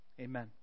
Amen